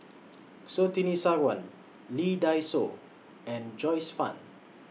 Surtini Sarwan Lee Dai Soh and Joyce fan